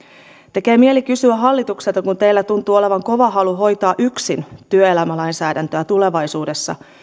tekee mieli kysyä hallitukselta kun teillä tuntuu olevan kova halu hoitaa yksin työelämälainsäädäntöä tulevaisuudessa